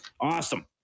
Awesome